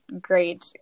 great